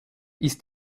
ist